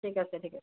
ঠিক আছে ঠিক আছে